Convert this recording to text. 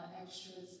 extras